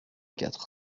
quatre